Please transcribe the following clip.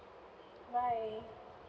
bye